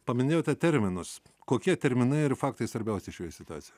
paminėjote terminus kokie terminai ir faktai svarbiausi šioje situacijo